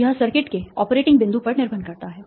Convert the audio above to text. तो यह सर्किट के ऑपरेटिंग बिंदु पर निर्भर करता है